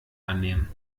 annehmen